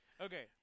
Okay